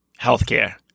healthcare